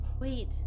Wait